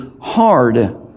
hard